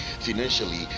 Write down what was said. financially